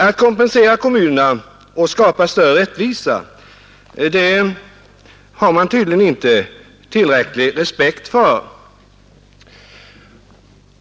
Att kompensera kommunerna och skapa större rättvisa är man tydligen inte tillräckligt intresserad av.